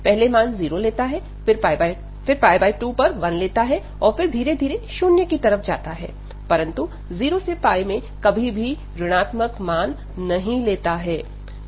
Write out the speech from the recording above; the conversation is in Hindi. पहले मान 0 लेता है फिर 2पर 1 लेता है और फिर धीरे धीरे शून्य की तरफ जाता है परंतु 0 से मे कभी भी ऋणात्मक मान नहीं लेता है